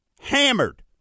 hammered